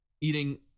eating